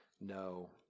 no